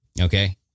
Okay